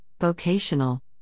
vocational